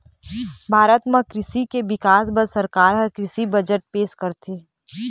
भारत म कृषि के बिकास बर सरकार ह कृषि बजट पेश करथे